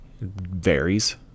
varies